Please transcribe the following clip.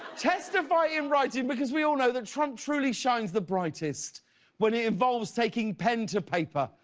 testify in writing because we all know that trump truly shines the brightest when it involves taking pen to paper,